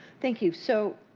thank you. so,